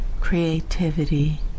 creativity